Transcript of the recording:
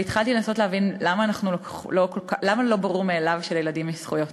אבל התחלתי לנסות להבין למה לא ברור מאליו שלילדים יש זכויות,